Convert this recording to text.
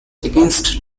against